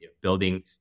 building